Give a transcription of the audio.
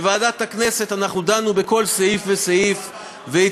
בוועדת הכנסת אנחנו דנו בכל סעיף וסעיף,